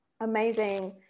amazing